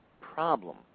problem